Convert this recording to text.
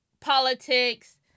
politics